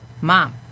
mom